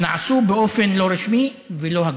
נעשו באופן לא רשמי ולא הגון.